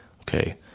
Okay